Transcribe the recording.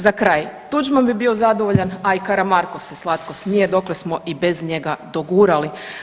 Za kraj, Tuđman bi bio zadovoljan, a i Karamarko se slatko smije dokle smo i bez njega dogurali.